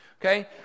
okay